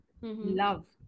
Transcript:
love